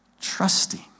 trusting